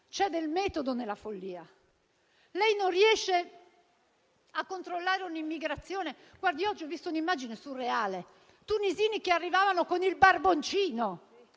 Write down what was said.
C'è del metodo nella follia. Lei non riesce a controllare l'immigrazione. Oggi ho visto un'immagine surreale di tunisini che arrivavano con il barboncino